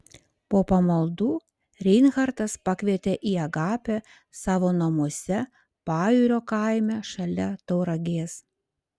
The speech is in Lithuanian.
po pamaldų reinhartas pakvietė į agapę savo namuose pajūrio kaime šalia tauragės